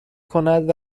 کند